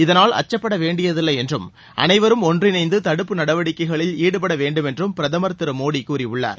இதனால் அச்சுப்பட வேண்டியதில்லை என்றும் அனைவரும் ஒன்றிணைந்து தடுப்பு நடவடிக்கைகளில் ஈடுபட வேண்டும் என்றும் பிரதமர் திரு மோடி கூறியுள்ளார்